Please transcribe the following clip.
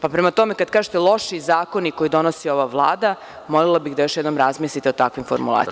Pa, prema tome, kada kažete - loši zakoni koje donosi ova Vlada, molila bih da još jednom razmislite o takvim formulacijama.